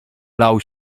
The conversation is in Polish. lał